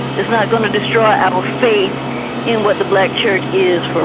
it's not going to destroy our faith in what the black church is